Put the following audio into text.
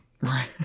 Right